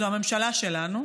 זו הייתה הממשלה שלנו,